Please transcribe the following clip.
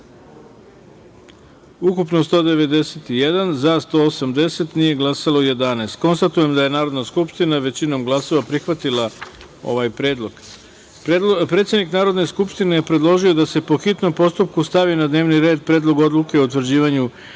ukupno – 191, za – 180, nije glasalo – 11.Konstatujem da je Narodna skupština, većinom glasova, prihvatila ovaj predlog. Predsednik Narodne skupštine je predložio da se, po hitnom postupku, stavi na dnevni red Predlog odluke o utvrđivanju